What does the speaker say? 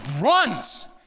runs